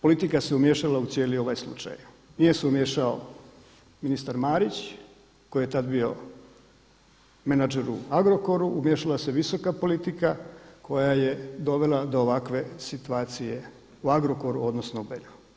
Politika se umiješala u cijeli ovaj slučaj, nije se umiješao ministar Marić koji je tad bio menadžer u Agrokoru, umiješala se visoka politika koja je dovela do ovakve situacije u Agrokoru, odnosno u Belju.